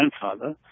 grandfather